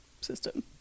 system